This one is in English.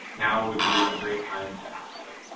now would be a great time to ask them.